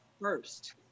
first